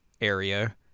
area